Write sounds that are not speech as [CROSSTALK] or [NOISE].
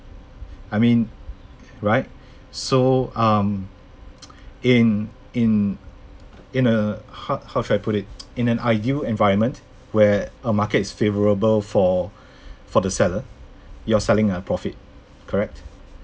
I mean right so um [NOISE] in in in a ho~ how should I put it [NOISE] in an ideal environment where a market is favorable for for the seller you're selling at a profit correct